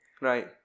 Right